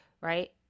right